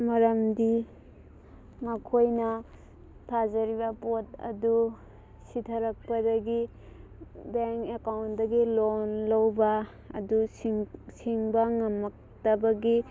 ꯃꯔꯝꯗꯤ ꯃꯈꯣꯏꯅ ꯊꯥꯖꯔꯤꯕ ꯄꯣꯠ ꯑꯗꯨ ꯁꯤꯊꯔꯛꯄꯗꯒꯤ ꯕꯦꯡ ꯑꯦꯀꯥꯎꯟꯗꯒꯤ ꯂꯣꯟ ꯂꯧꯕ ꯑꯗꯨ ꯁꯤꯡꯕ ꯉꯝꯃꯛꯇꯕꯒꯤ